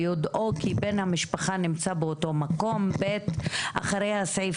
ביודעו כי בן המשפחה נמצא באותו מקום."; (ב)אחרי סעיף